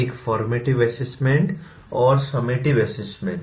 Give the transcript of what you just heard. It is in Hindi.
एक फॉर्मेटिव असेसमेंट और समेटिव असेसमेंट